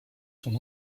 son